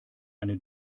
eine